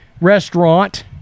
restaurant